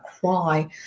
cry